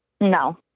No